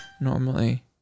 normally